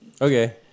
Okay